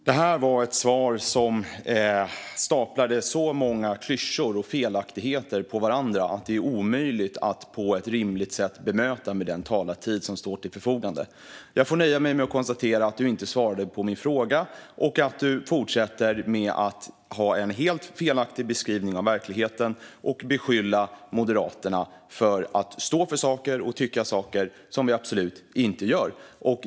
Herr talman! Det här var ett svar som staplade så många klyschor och felaktigheter på varandra att det är omöjligt att på ett rimligt sätt bemöta dem med den talartid som står till förfogande. Jag får nöja mig med att konstatera att du inte svarade på min fråga och att du fortsätter att ha en helt felaktig beskrivning av verkligheten och beskylla Moderaterna för att stå för saker och tycka saker som vi absolut inte gör.